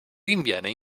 rinviene